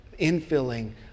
infilling